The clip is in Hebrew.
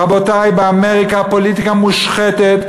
רבותי, באמריקה הפוליטיקה מושחתת.